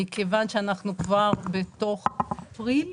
מכיוון שאנחנו כבר בתוך אפריל,